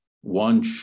one